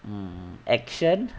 um action